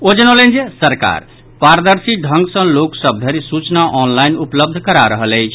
ओ जनौलनि जे सरकार पारदर्शी ढंग लोक सभ धरि सूचना ऑनलाइन उपलब्ध करा रहल अछि